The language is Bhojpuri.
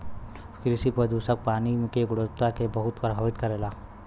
कृषि के प्रदूषक पानी के गुणवत्ता के बहुत प्रभावित करेला